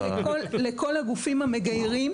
לכל הגופים המגיירים,